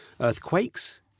earthquakes